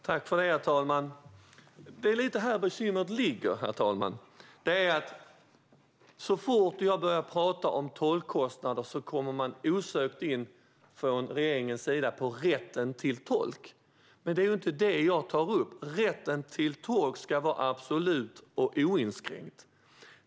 Herr talman! Det är lite grann här bekymret ligger. Så fort jag börjar prata om tolkkostnader kommer regeringen osökt in på rätten till tolk, men det är ju inte det jag tar upp. Rätten till tolk ska vara absolut och oinskränkt.